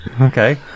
Okay